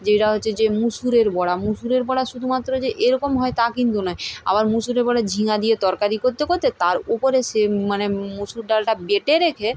যেটা হচ্ছে যে মুসুরের বড়া মুসুরের বড়া শুধুমাত্র যে এরকম হয় তা কিন্তু নয় আবার মুসুরের বড়া ঝিঙে দিয়ে তরকারি করতে করতে তার উপরে সে মানে মুসুর ডালটা বেটে রেখে